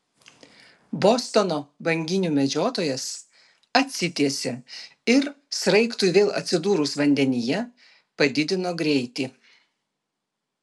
bostono banginių medžiotojas atsitiesė ir sraigtui vėl atsidūrus vandenyje padidino greitį